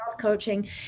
coaching